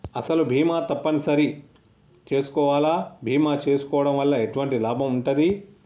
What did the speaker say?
అసలు బీమా తప్పని సరి చేసుకోవాలా? బీమా చేసుకోవడం వల్ల ఎటువంటి లాభం ఉంటది?